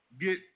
get